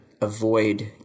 avoid